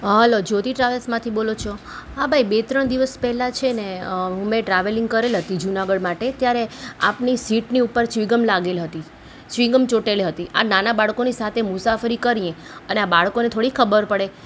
hello Jyoti ટ્રાવેલ્સમાંથી બોલો છો હા ભાઈ બે ત્રણ દિવસ પહેલાં છે ને મેં ટ્રાવેલિંગ કરેલ હતી જુનાગઢ માટે ત્યારે આપની સીટની ઉપર ચ્વિંગમ લાગેલ હતી ચ્વિંગમ ચોંટેલી હતી આ નાના બાળકોની સાથે મુસાફરી કરીએ અને આ બાળકોને થોડી ખબર પડે